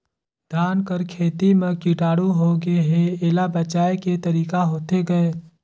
धान कर खेती म कीटाणु होगे हे एला बचाय के तरीका होथे गए?